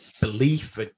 belief